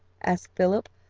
asked philip,